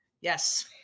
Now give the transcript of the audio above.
Yes